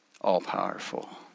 all-powerful